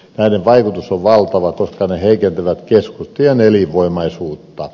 näiden vaikutus on valtava koska ne heikentävät keskustojen elinvoimaisuutta